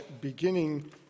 beginning